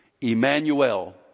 Emmanuel